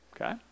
Okay